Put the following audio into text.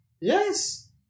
Yes